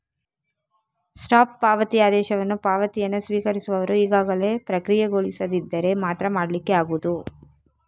stop ಪಾವತಿ ಆದೇಶವನ್ನ ಪಾವತಿಯನ್ನ ಸ್ವೀಕರಿಸುವವರು ಈಗಾಗಲೇ ಪ್ರಕ್ರಿಯೆಗೊಳಿಸದಿದ್ದರೆ ಮಾತ್ರ ಮಾಡ್ಲಿಕ್ಕೆ ಆಗುದು